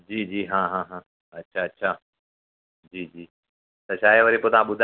जी जी हा हा हा अच्छा अच्छा जी जी त छा आहे वरी पोइ तव्हां बुधा